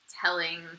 telling